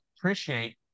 appreciate